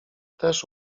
też